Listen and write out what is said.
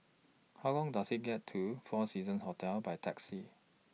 How Long Does IT get to four Seasons Hotel By Taxi